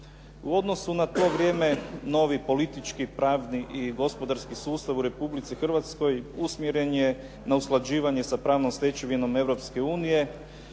U odnosu na to vrijeme, novi politički, pravni i gospodarski sustav u Republici Hrvatskoj usmjeren je na usklađivanje sa pravnom stečevinom